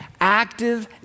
active